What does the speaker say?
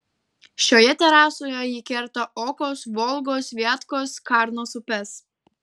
šioje terasoje ji kerta okos volgos viatkos karnos upes